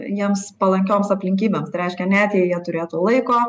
jiems palankioms aplinkybėms tai reiškia net jei jie turėtų laiko